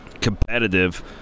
competitive